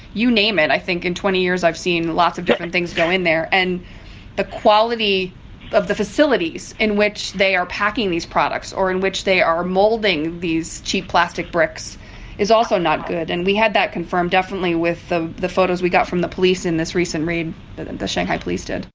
you name it. i think in twenty years i've seen lots of different things go in there. and the quality of the facilities in which they are packing these products or in which they are molding these cheap plastic bricks is also not good, and we had that confirmed, definitely, with the the photos we got from the police in this recent raid that the shanghai police did